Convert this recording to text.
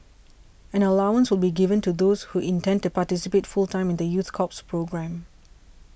an allowance will be given to those who intend to participate full time in the youth corps programme